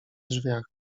drzwiach